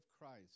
Christ